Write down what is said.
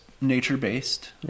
nature-based